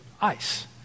ice